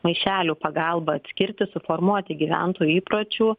maišelių pagalba atskirti suformuoti gyventojų įpročių